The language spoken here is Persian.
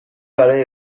برای